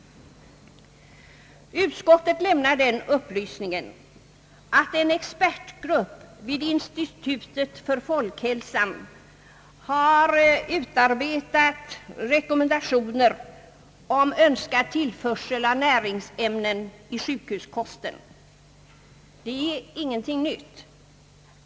Utskottet lämnar den upplysningen, att en expertgrupp vid statens institut för folkhälsan har utarbetat rekommendationer för önskvärd tillförsel av näringsämnen i sjukhuskosten. Det är ingenting nytt.